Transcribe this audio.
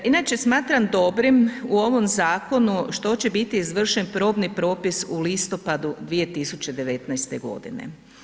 Inače smatram dobrim u ovom zakonu što će biti izvršen probni propis u listopadu 2019. godine.